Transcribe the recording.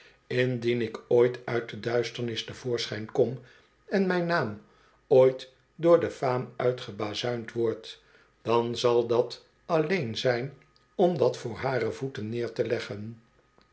indien ik ooit uit de duisternis te voorschijn kom en mijn naam ooit door de faam uitgebazuind wordt dan zal dat alleen zijn om dat voor hare voeten neer te leggen